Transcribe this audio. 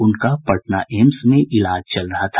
उनका पटना एम्स में इलाज चल रहा था